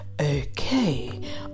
okay